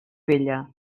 bella